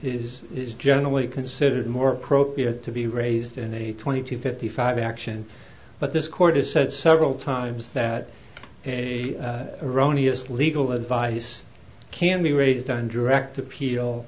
claim is generally considered more appropriate to be raised in a twenty two fifty five action but this court has said several times that erroneous legal advice can be raised on direct appeal